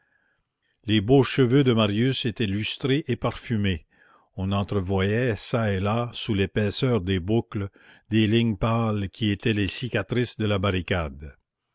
les beaux cheveux de marius étaient lustrés et parfumés on entrevoyait çà et là sous l'épaisseur des boucles des lignes pâles qui étaient les cicatrices de la barricade